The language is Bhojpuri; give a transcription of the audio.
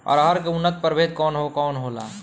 अरहर के उन्नत प्रभेद कौन कौनहोला?